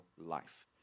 life